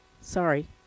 sorry